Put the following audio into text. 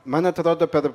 man atrodo per